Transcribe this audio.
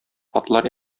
атлар